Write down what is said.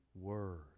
word